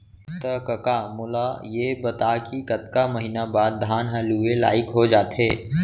त कका मोला ये बता कि कतका महिना बाद धान ह लुए लाइक हो जाथे?